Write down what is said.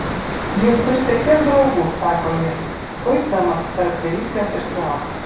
jūs turite tiek draugų sako ji kuisdamasi tarp viryklės ir kriauklės